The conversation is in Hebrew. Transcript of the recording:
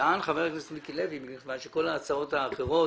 טען חבר הכנסת מיקי לוי שמכיוון שכל ההצעות האחרות